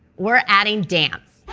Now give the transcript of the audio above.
we're adding dance.